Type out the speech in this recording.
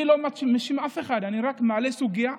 אני לא מאשים אף אחד, אני רק מעלה סוגיה.